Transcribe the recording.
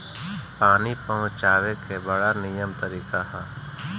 पानी पहुँचावे के बड़ा निमन तरीका हअ